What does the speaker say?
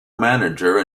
manager